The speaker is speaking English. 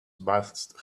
must